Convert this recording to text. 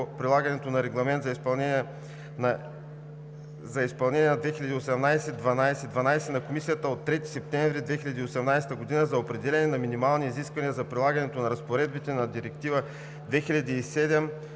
на Регламент за изпълнение (ЕС) 2018/1212 на Комисията от 3 септември 2018 г. за определяне на минимални изисквания за прилагането на разпоредбите на Директива 2007/36/ЕО